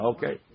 Okay